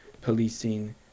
policing